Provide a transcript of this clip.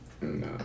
No